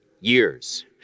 years